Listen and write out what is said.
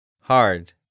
Hard